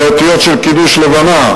באותיות של קידוש לבנה,